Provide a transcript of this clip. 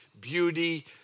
beauty